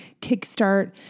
kickstart